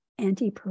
Anti